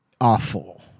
awful